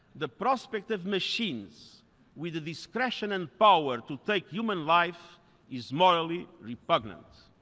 the prospect of machines with the discretion and power to take human life is morally repugnant.